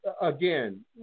again